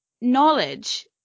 knowledge